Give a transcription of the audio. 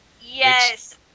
Yes